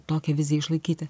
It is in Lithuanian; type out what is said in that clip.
tokią viziją išlaikyti